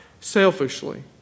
selfishly